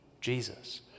Jesus